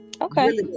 okay